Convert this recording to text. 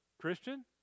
Christian